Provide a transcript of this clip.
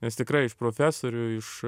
nes tikrai iš profesorių iš